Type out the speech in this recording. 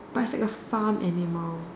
but it's like a farm animal